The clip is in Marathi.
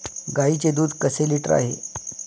गाईचे दूध कसे लिटर आहे?